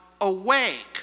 awake